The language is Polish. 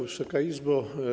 Wysoka Izbo!